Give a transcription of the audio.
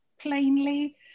plainly